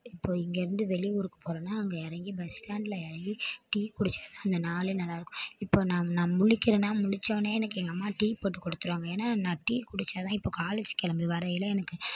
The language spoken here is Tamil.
இப்போ இங்கேருந்து வெளி ஊருக்கு போகிறோம்னா அங்கே இறங்கி பஸ் ஸ்டாண்ட்டில் இறங்கி டீ குடித்தாதான் அந்த நாளே நல்லா இருக்கும் இப்போ நான் முழிக்கிறேனா முழித்த உடனே எங்கள் அம்மா டீ போட்டு கொடுத்துருவாங்க ஏன்னால் எனக்கு டீ குடித்தாதான் இப்போ காலேஜ் கிளம்பி வரையிலே எனக்கு